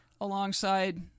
alongside